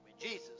Jesus